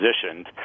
positioned